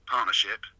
partnership